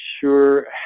sure